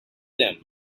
them